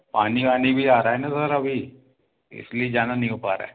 पानी वानी भी आ रहा है ना सर अभी इसलिए जाना नहीं हो पा रहा है